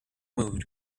mood